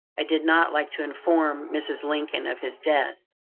i did not like to inform mrs. lincoln of his death,